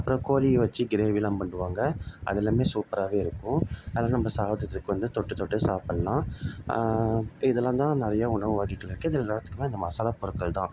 அப்புறம் கோழி வச்சு க்ரேவிலாம் பண்ணுவாங்க அதெல்லாமே சூப்பராகவே இருக்கும் அதெல்லாம் நம்ம சாதத்துக்கு வந்து தொட்டுத் தொட்டு சாப்புடலாம் இதெல்லாம் தான் நிறையா உணவு வகைகள் இருக்குது இதெல்லாத்துக்குமே இந்த மசாலா பொருட்கள் தான்